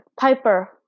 piper